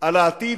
על העתיד,